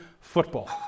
football